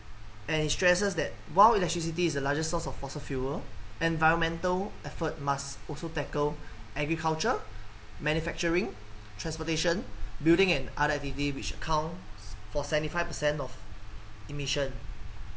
and he stresses that while electricity is the largest source of fossil fuel environmental effort must also tackle agriculture manufacturing transportation building and other activity which accounts for seventy five percent of emission